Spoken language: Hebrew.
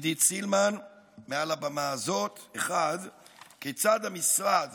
עידית סילמן מעל הבמה הזאת: 1. כיצד המשרד